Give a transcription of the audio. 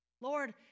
Lord